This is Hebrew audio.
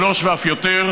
שלוש ואף יותר,